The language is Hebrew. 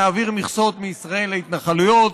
נעביר מכסות מישראל להתנחלויות.